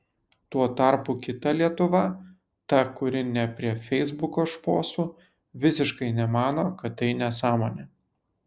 tuo tarpu kita lietuva ta kuri ne prie feisbuko šposų visiškai nemano kad tai nesąmonė